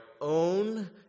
own